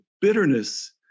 bitterness